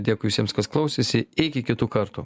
dėkui visiems kas klausėsi iki kitų kartų